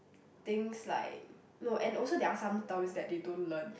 things like no and also they are some terms that they don't learn